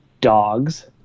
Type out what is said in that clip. dogs